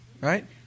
Right